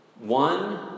One